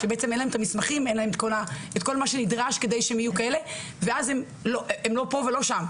שאין להם את המסמכים ואין להם את כל מה שנדרש והם לא פה ולא שם.